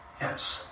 yes